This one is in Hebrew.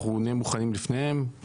אנחנו נהיה מוכנים לפניהם,